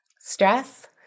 Stress